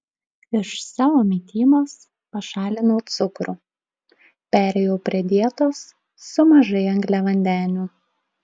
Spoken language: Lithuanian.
iš savo mitybos pašalinau cukrų perėjau prie dietos su mažai angliavandenių